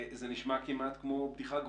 זה נשמע כמעט כמו בדיחה גרועה.